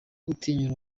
gutinya